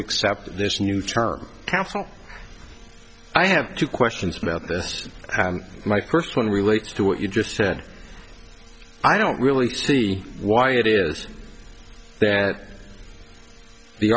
accept this new term capital i have two questions about this my first one relates to what you just said i don't really see why it is that the